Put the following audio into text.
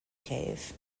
cave